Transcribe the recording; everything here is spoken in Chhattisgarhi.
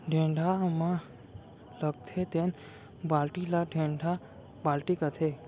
टेड़ा म लगथे तेन बाल्टी ल टेंड़ा बाल्टी कथें